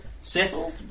Settled